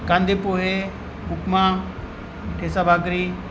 कांदे पोहे उपमा ठेचा भाकरी